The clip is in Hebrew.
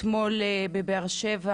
אתמול בבאר שבע.